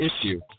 issue